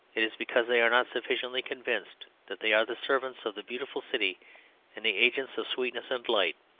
it is because they are not sufficiently convinced that they are the servants of the beautiful city and the agents of sweetness and light.